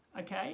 Okay